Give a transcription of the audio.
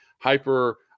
hyper